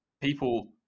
people